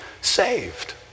saved